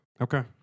Okay